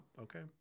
Okay